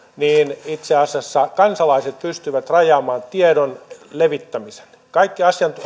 niin itse asiassa kansalaiset pystyvät rajaamaan tiedon levittämisen kaikki